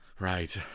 Right